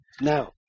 Now